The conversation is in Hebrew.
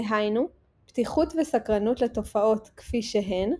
דהיינו פתיחות וסקרנות לתופעות כפי שהן,